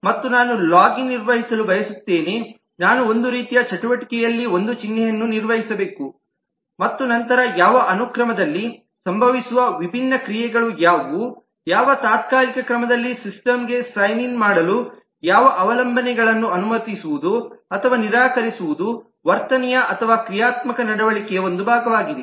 ಮತ್ತು ನಾನು ಲಾಗಿನ್ ನಿರ್ವಹಿಸಲು ಬಯಸುತ್ತೇನೆ ನಾನು ಒಂದು ರೀತಿಯ ಚಟುವಟಿಕೆಯಲ್ಲಿ ಒಂದು ಚಿಹ್ನೆಯನ್ನು ನಿರ್ವಹಿಸಬೇಕು ನಂತರ ಯಾವ ಅನುಕ್ರಮದಲ್ಲಿ ಸಂಭವಿಸುವ ವಿಭಿನ್ನ ಕ್ರಿಯೆಗಳು ಯಾವುವು ಯಾವ ತಾತ್ಕಾಲಿಕ ಕ್ರಮದಲ್ಲಿ ಸಿಸ್ಟಮ್ಗೆ ಸೈನ್ ಇನ್ ಮಾಡಲು ಯಾವ ಅವಲಂಬನೆಗಳನ್ನು ಅನುಮತಿಸುವುದು ಅಥವಾ ನಿರಾಕರಿಸುವುದು ವರ್ತನೆಯ ಅಥವಾ ಕ್ರಿಯಾತ್ಮಕ ನಡವಳಿಕೆಯ ಒಂದು ಭಾಗವಾಗಿದೆ